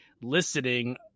listening